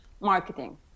Marketing